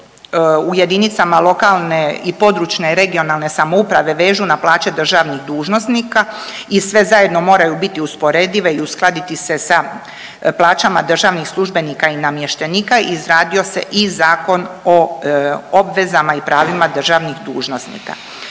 u jedinicama lokalne i područne regionalne samouprave vežu na plaće državnih dužnosnika i sve zajedno moraju biti usporedive u uskladiti se sa plaćama državnih službenika i namještenika, izradio se i Zakon o obvezama i pravima državnih dužnosnika.